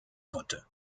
konnte